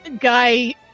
guy